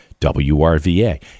WRVA